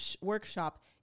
workshop